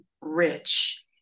rich